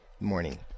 Morning